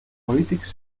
politics